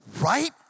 right